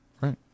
right